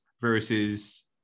versus